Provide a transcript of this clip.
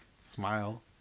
Smile